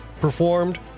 performed